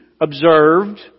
observed